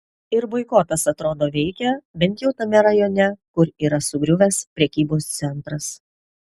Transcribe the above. ir boikotas atrodo veikia bent jau tame rajone kur yra sugriuvęs prekybos centras